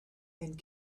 and